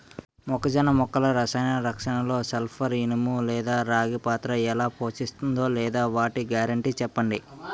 మొక్కజొన్న మొక్కల రసాయన రక్షణలో సల్పర్, ఇనుము లేదా రాగి పాత్ర ఎలా పోషిస్తుందో లేదా వాటి గ్యారంటీ చెప్పండి